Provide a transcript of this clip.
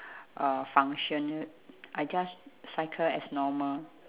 uh function I just cycle as normal